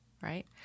Right